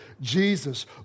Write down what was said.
Jesus